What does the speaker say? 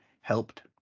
helped